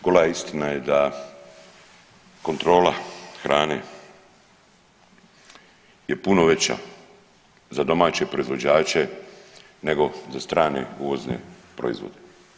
Gola istina je da kontrola hrane je puno veća za domaće proizvođače nego za strane uvozne proizvode.